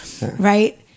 right